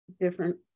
different